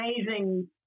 amazing